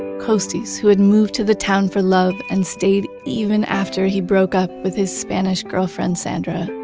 costis, who had moved to the town for love and stayed even after he broke up with his spanish girlfriend sandra,